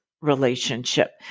relationship